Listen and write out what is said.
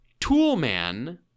Toolman